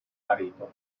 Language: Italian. marito